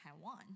Taiwan